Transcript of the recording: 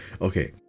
okay